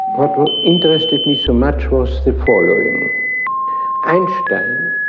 what interested me so much was the following einstein,